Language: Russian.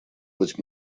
быть